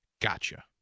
Gotcha